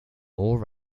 more